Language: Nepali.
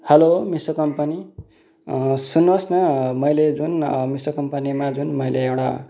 हेलो मिस्टर कम्पनी सुन्नुहोस् न मैले जुन मिस्टर कम्पनीमा जुन मैले एउटा